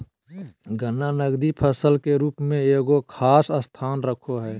गन्ना नकदी फसल के रूप में एगो खास स्थान रखो हइ